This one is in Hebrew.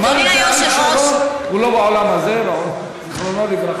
אריק שרון הוא לא בעולם הזה, זיכרונו לברכה.